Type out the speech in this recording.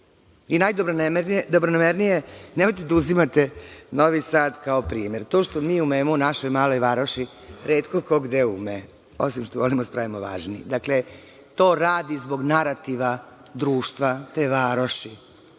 najdobronamernije, nemojte da uzimate Novi Sad kao primer. To što mi umemo u našoj maloj varoši retko ko gde ume, osim što volimo da se pravimo važni. Dakle, to radi zbog narativa društva, te varoši,